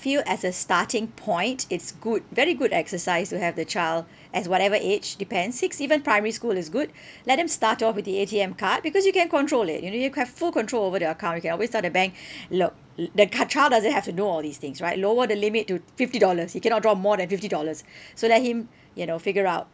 feel as a starting point it's good very good exercise to have the child at whatever age depends six even primary school is good let them start off with the A_T_M card because you can control it you know you uh have full control over their account you can always tell the bank look l~ the uh child doesn't have to know all these things right lower the limit to fifty dollars he cannot draw more than fifty dollars so let him you know figure out